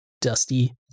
dusty